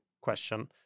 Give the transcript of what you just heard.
question